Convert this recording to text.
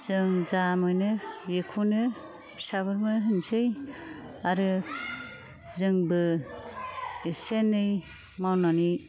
जों जा मोनो बेखौनो फिसाफोरनो होनसै आरो जोंबो एसे एनै मावनानै